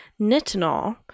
nitinol